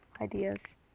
ideas